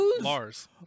Lars